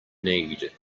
need